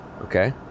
Okay